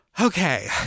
okay